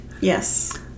Yes